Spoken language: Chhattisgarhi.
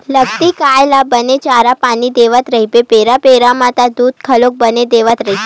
लगती गाय ल बने चारा पानी देवत रहिबे बेरा बेरा म त दूद घलोक बने देवत रहिथे